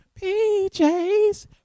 PJs